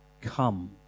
Come